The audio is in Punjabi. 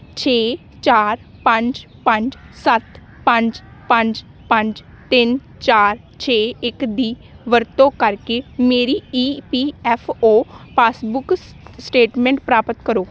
ਛੇ ਚਾਰ ਪੰਜ ਪੰਜ ਸੱਤ ਪੰਜ ਪੰਜ ਪੰਜ ਤਿੰਨ ਚਾਰ ਛੇ ਇੱਕ ਦੀ ਵਰਤੋਂ ਕਰਕੇ ਮੇਰੀ E P F O passbook ਸ ਸਟੇਟਮੈਂਟ ਪ੍ਰਾਪਤ ਕਰੋ